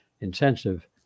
intensive